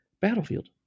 Battlefield